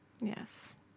Yes